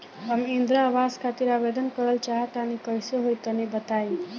हम इंद्रा आवास खातिर आवेदन करल चाह तनि कइसे होई तनि बताई?